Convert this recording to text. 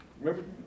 Remember